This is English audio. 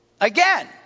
Again